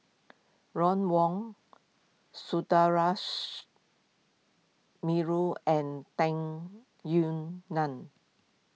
Ron Wong Sundaresh Menon and Tung Yue Nang